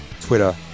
Twitter